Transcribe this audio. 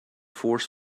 force